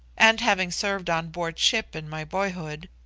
and having served on board ship in my boyhood,